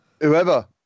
Whoever